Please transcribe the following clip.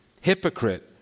Hypocrite